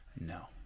No